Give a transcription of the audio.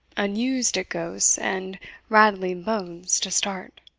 unused at ghosts and rattling bones to start.